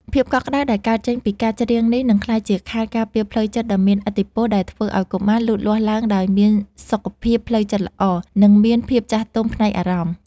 ភាពកក់ក្តៅដែលកើតចេញពីការច្រៀងនេះ នឹងក្លាយជាខែលការពារផ្លូវចិត្តដ៏មានឥទ្ធិពល ដែលធ្វើឱ្យកុមារលូតលាស់ឡើងដោយមានសុខភាពផ្លូវចិត្តល្អ និងមានភាពចាស់ទុំផ្នែកអារម្មណ៍។